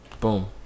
Boom